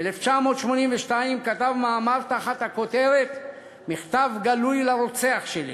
ב-1982 כתב מאמר תחת הכותרת: "מכתב גלוי לרוצח שלי".